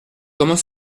comment